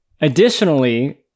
Additionally